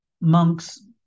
monks